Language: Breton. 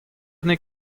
n’eo